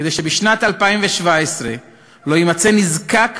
כדי שבשנת 2017 לא יימצא נזקק